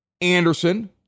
Anderson